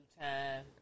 time